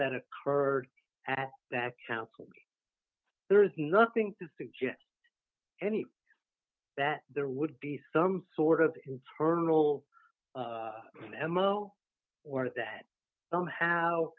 that occurred at that council there is nothing to suggest any that there would be some sort of internal memo or that somehow